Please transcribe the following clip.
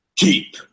Keep